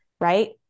right